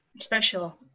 special